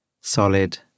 Solid